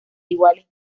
iguales